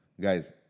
Guys